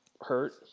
hurt